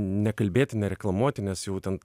nekalbėti nereklamuoti nes jau ten